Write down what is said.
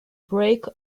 break